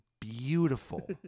beautiful